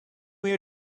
year